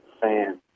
fan